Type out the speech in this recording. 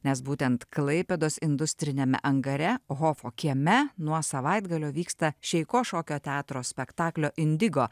nes būtent klaipėdos industriniame angare hofo kieme nuo savaitgalio vyksta šeiko šokio teatro spektaklio indigo